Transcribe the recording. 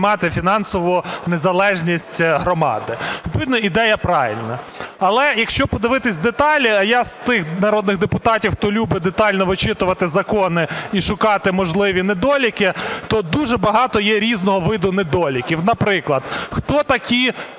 піднімати фінансову незалежність громади. Відповідно ідея правильна. Але, якщо подивитися деталі, я з тих народних депутатів, хто любе детально вичитувати закони і шукати можливі недоліки, тут дуже багато є різного виду недоліків. Наприклад, хто такі